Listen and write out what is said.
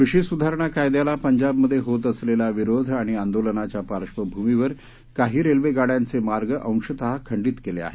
कृषी सुधारणा कायद्याला पंजाबमध्ये होत असलेला विरोध आणि आंदोलनाच्या पार्श्वभूमीवर काही रेल्वे गाड्यांचे मार्ग अंशत खंडित केले आहेत